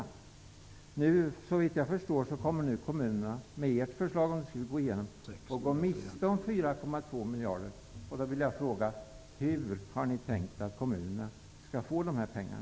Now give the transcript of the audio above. Om ert förslag skulle gå igenom kommer kommunerna, såvitt jag förstår, att gå miste om 4,2 miljarder. Hur har ni tänkt att kommunerna skall få dessa pengar?